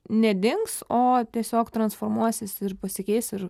nedings o tiesiog transformuosis pasikeis ir